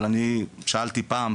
אבל שאלתי פעם,